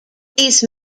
these